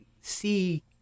see